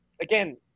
again